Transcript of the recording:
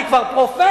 אני כבר פרופסור,